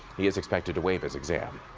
he is expected to wave his exam.